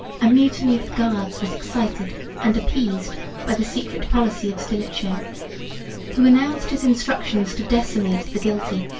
a mutiny of the guards was excited and appeased by the secret policy of stilicho who announced his instructions to decimate the guilty,